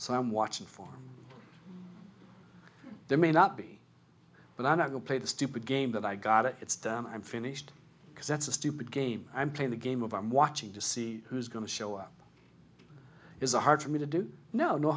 so i'm watching for there may not be but i will play the stupid game that i got it it's i'm finished because that's a stupid game i'm playing the game of i'm watching to see who's going to show up is a hard for me to do no no